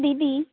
ᱫᱤᱫᱤ